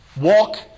Walk